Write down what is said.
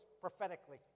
prophetically